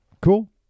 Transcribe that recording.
Cool